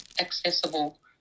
accessible